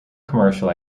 commercial